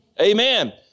Amen